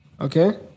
Okay